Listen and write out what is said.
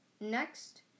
Next